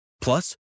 Plus